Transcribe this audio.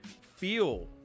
feel